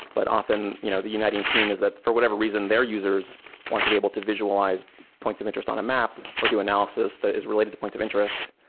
but often you know the uniting theme is that, for whatever reason, their users want to be able to visualize points of interest on a map or do analysis that is related points of interest.